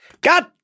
God